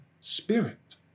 Spirit